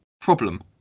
problem